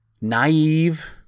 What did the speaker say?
naive